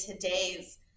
today's